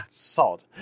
sod